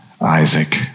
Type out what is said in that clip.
Isaac